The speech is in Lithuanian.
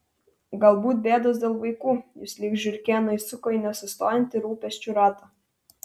galbūt bėdos dėl vaikų jus lyg žiurkėną įsuko į nesustojantį rūpesčių ratą